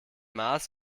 maß